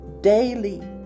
daily